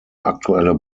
aktuelle